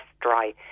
dry